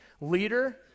leader